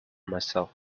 myself